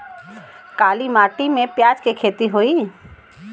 काली माटी में प्याज के खेती होई?